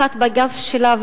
אחת בגב שלה,